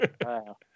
Wow